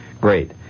great